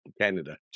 Canada